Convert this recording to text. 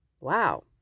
Wow